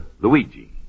Luigi